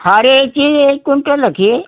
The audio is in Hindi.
हर एक चीज एक कुन्टल रखिए